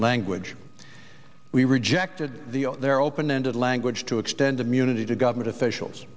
language we rejected their open ended language to extend immunity to government officials